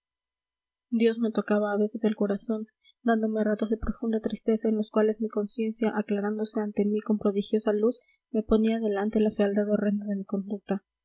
dios me tocaba a veces el corazón dándome ratos de profunda tristeza en los cuales mi conciencia aclarándose ante mí con prodigiosa luz me ponía delante la fealdad horrenda de mi conducta